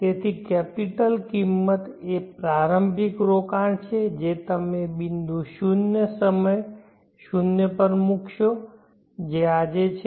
તેથી કેપિટલકિંમત એ પ્રારંભિક રોકાણ છે જે તમે બિંદુ શૂન્ય સમય શૂન્ય પર મૂકશો જે આજે છે